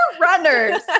runners